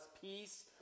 peace